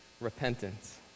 repentance